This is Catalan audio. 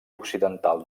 occidental